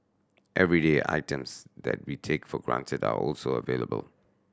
everyday items that we take for granted are also available